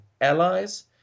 allies